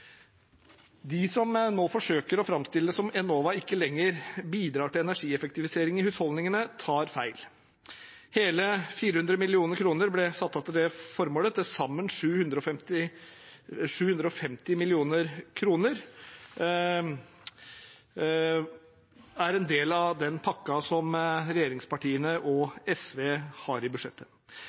De som nå forsøker å framstille det som at Enova ikke lenger bidrar til energieffektivisering i husholdningene, tar feil. Hele 400 mill. kr ble satt av til det formålet. Til sammen 750 mill. kr er en del av den pakken som regjeringspartiene og SV har i budsjettet.